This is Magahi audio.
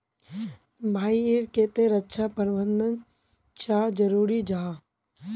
भाई ईर केते रक्षा प्रबंधन चाँ जरूरी जाहा?